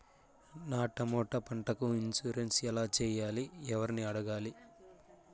నా టమోటా పంటకు ఇన్సూరెన్సు ఎలా చెయ్యాలి? ఎవర్ని అడగాలి?